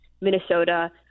Minnesota